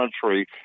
country